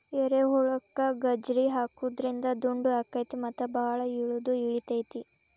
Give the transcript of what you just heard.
ಏರಿಹೊಲಕ್ಕ ಗಜ್ರಿ ಹಾಕುದ್ರಿಂದ ದುಂಡು ಅಕೈತಿ ಮತ್ತ ಬಾಳ ಇಳದು ಇಳಿತೈತಿ